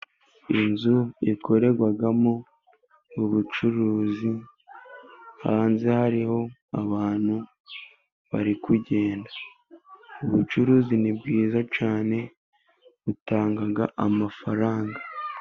Inzu yakorerwagamo ubucuruzi, hanze hariho abantu bari kugenda, ubucuruzi ni bwiza cyane butanga amafaranga.